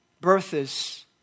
births